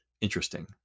interesting